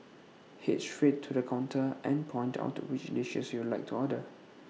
Head straight to the counter and point out which dishes you'd like to order